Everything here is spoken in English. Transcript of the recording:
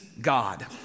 God